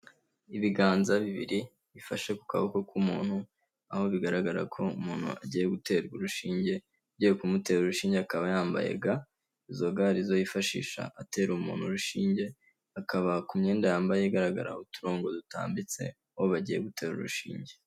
Ibiganza bibiri bifashe ku kaboko k'umuntu, aho bigaragara ko umuntu agiye guterarwa urushinge, Ugiye kumutera urushinge akaba yambaye ga, izo ga arizo yifashisha atera umuntu urushinge, akaba ku myenda yambaye igaragara uturongo dutambitse, uwo bagiye gutera urushinge.